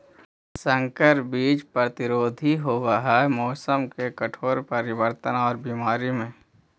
संकर बीज प्रतिरोधी होव हई मौसम के कठोर परिवर्तन और बीमारी में